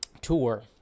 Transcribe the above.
tour